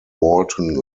walton